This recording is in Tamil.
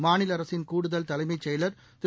மாநில அரசின் கூடுதல் தலைமைச் செயலர் திரு